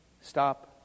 stop